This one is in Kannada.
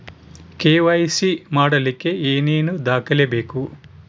ಕೆ.ವೈ.ಸಿ ಮಾಡಲಿಕ್ಕೆ ಏನೇನು ದಾಖಲೆಬೇಕು?